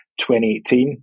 2018